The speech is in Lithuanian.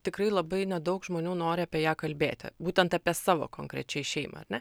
tikrai labai nedaug žmonių nori apie ją kalbėti būtent apie savo konkrečiai šeimą ar ne